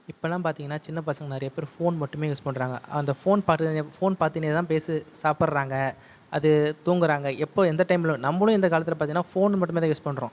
இப்பெல்லாம் பார்த்தீங்கன்னா சின்ன பசங்கள் நிறைய பேர் ஃபோன் மட்டுமே யூஸ் பண்ணுறாங்க அந்த ஃபோன் பார்த்து ஃபோன் பார்த்துக்கினே தான் சாப்பிடுகிறாங்க அது தூங்கிறாங்க எப்போ எந்த டைமில் நம்மளும் இந்த காலத்தில் பார்த்தீங்கன்னா ஃபோன் மட்டும் தான் யூஸ் பண்ணுறோம்